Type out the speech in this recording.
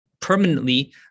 permanently